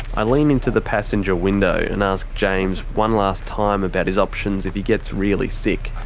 i lean into the passenger window and ask james one last time about his options if he gets really sick.